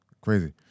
Crazy